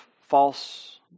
false